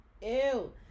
Ew